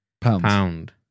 Pound